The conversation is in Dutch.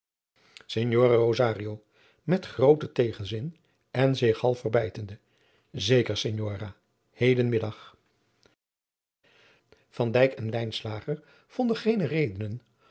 rosario met grooten tegenzin en zich half verbijtende zeker signora heden middag van dijk en lijnslager vonden geene redenen